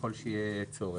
ככל שיהיה צורך.